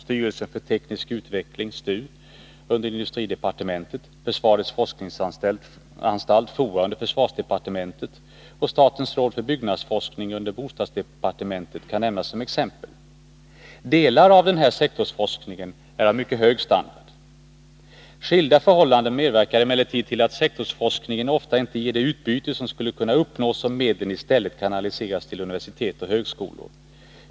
Styrelsen för teknisk utveckling under industridepartementet, försvarets forskningsanstalt under försvarsdepartementet och statens råd för byggnadsforskning under bostadsdepartementet kan nämnas som exempel. Delar av sektorsforskningen är av mycket hög standard. Skilda förhållanden medverkar emellertid till att sektorsforskningen ofta inte ger det utbyte som skulle ha kunnat uppnås om medlen i stället kanaliserats till universitet och högskolor.